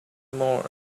more